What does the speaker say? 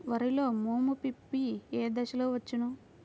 వరిలో మోము పిప్పి ఏ దశలో వచ్చును?